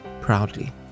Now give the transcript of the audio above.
Proudly